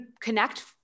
connect